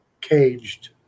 Caged